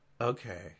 Okay